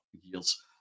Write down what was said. years